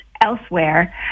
elsewhere